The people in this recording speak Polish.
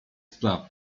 spraw